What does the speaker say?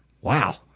Wow